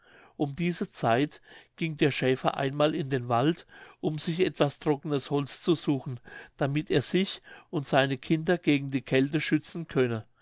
um diese zeit ging der schäfer einmal in den wald um sich etwas trocknes holz zu suchen damit er sich und seine kinder gegen die kälte schützen könne